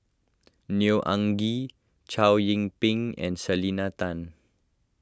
Neo Anngee Chow Yian Ping and Selena Tan